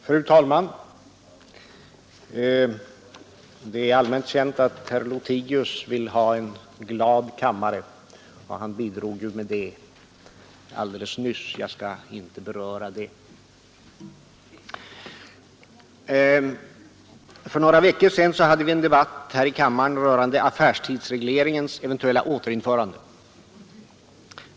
Fru talman! Det är allmänt känt att herr Lothigius vill ha en glad kammare. Han bidrog ju härtill alldeles nyss. Jag skall inte beröra det. För några veckor sedan hade vi en debatt här i kammaren rörande affärstidsregleringens eventuella återinförande.